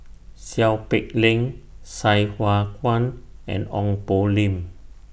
Seow Peck Leng Sai Hua Kuan and Ong Poh Lim